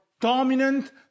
Dominant